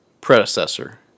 predecessor